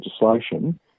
legislation